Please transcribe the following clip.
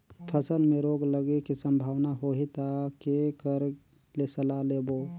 फसल मे रोग लगे के संभावना होही ता के कर ले सलाह लेबो?